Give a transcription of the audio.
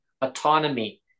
autonomy